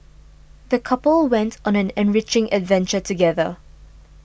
the couple went on an enriching adventure together